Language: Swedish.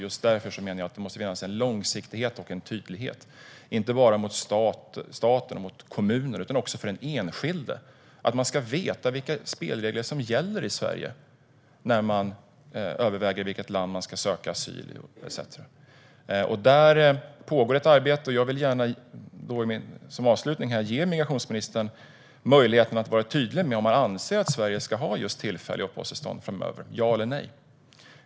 Just därför menar jag att det måste finnas en långsiktighet och en tydlighet, inte bara mot staten och mot kommuner utan också mot den enskilde. Man ska veta vilka spelregler som gäller i Sverige när man överväger vilket land man ska söka asyl i etcetera. Det pågår ett arbete, och jag vill gärna som avslutning ge migrationsministern möjligheten att vara tydlig med om han anser att Sverige ska ha tillfälliga uppehållstillstånd framöver - ja eller nej.